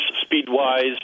speed-wise